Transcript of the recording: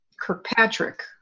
Kirkpatrick